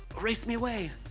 erase me away